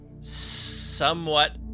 somewhat